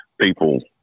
people